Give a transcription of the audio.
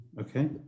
Okay